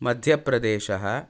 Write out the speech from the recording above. मध्यप्रदेशः